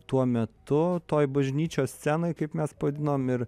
tuo metu toj bažnyčios scenoj kaip mes vadinom ir